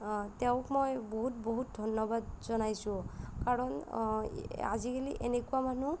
তেওঁক মই বহুত বহুত ধন্যবাদ জনাইছোঁ কাৰণ আজিকালি এনেকুৱা মানুহ